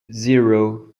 zero